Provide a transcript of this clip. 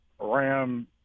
ram